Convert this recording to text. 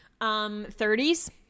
30s